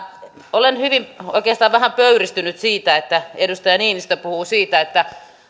olen oikeastaan vähän pöyristynyt siitä että edustaja niinistö puhuu siitä että